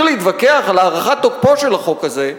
להתווכח על הארכת תוקפו של החוק הזה,